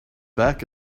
back